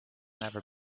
never